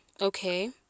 okay